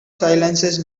silences